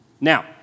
Now